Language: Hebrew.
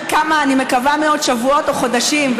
אני מקווה מאוד שבועות או חודשים,